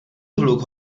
hluk